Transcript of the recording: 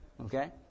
okay